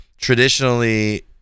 traditionally